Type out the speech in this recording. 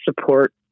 support